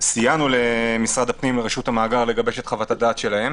סייענו למשרד הפנים ולרשות המאגר לגבש את חוות הדעת שלהם.